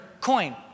coin